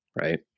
right